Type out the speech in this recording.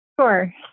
Sure